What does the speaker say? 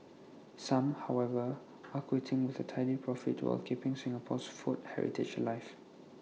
some however are quitting with A tidy profit while keeping Singapore's food heritage alive